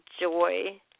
joy